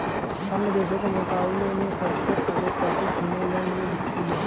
अन्य देशों के मुकाबले में सबसे अधिक कॉफी फिनलैंड में बिकती है